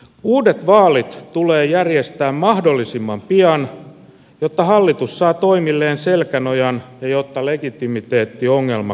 uudet vaalit tulee järjestää mahdollisimman pian jotta hallitus saa toimilleen selkänojan ja jotta legitimiteettiongelma korjaantuu